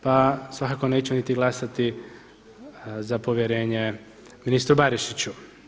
Pa svakako neću niti glasati za povjerenje ministru Barišiću.